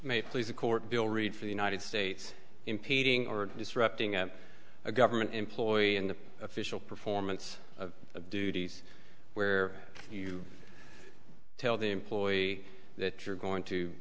may please the court bill read for the united states impeding or disrupting a government employee in the official performance of duties where you tell the employee that you're going to